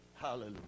hallelujah